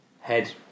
head